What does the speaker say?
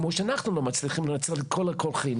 כמו שאנחנו לא מצליחים לעצור את כל הקולחים,